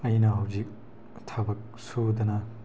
ꯑꯩꯅ ꯍꯧꯖꯤꯛ ꯊꯕꯛ ꯁꯨꯗꯅ